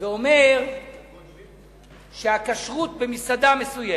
ואומר שהכשרות במסעדה מסוימת,